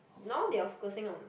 now they are focusing on